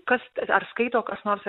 kas ar skaito kas nors ar